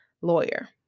lawyer